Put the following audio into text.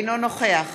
אינו נוכח